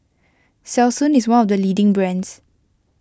Selsun is one of the leading brands